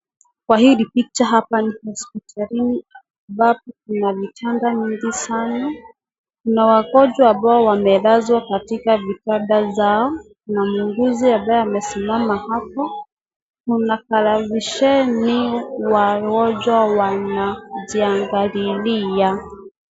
Kwa hili picha hapa ni hospitalini ambapo kuna vitanda mingi sana, kuna wagonjwa ambao wamelazwa katika vitanda zao, kuna muuguzi ambaye amesimama hapo, kuna televisheni wagonjwa wanajiangalilia.